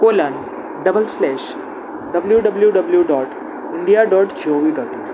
Kolhan double slash W W W dot India dot G O V dot com